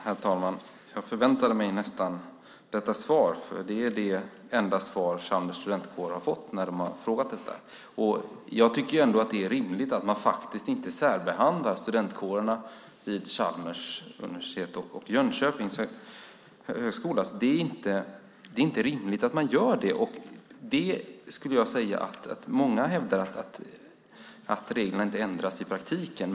Herr talman! Jag förväntade mig nästan detta svar. Det är det enda svar som Chalmers studentkår har fått när de har frågat om detta. Jag tycker ändå att det är rimligt att man inte särbehandlar studentkårerna vid Chalmers tekniska högskola och vid Högskolan i Jönköping. Det är inte rimligt att man gör det. Många hävdar att reglerna inte ändras i praktiken.